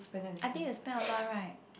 I think you spend a lot right